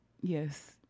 Yes